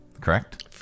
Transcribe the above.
correct